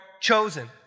chosen